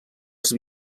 els